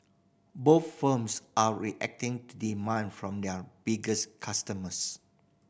both firms are reacting to demand from their biggest customers